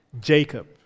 Jacob